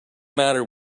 matter